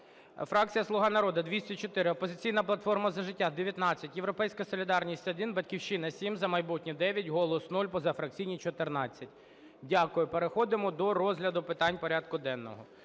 Фракція "Слуга народу" – 204, "Опозиційна платформа - За життя" – 19, "Європейська солідарність" – 1, "Батьківщина" – 7, "За майбутнє" – 9, "Голос" – 0, позафракційні – 14. Дякую. Переходимо до розгляду питань порядку денного.